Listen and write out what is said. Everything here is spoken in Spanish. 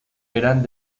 eran